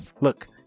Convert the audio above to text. Look